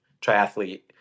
triathlete